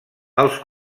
els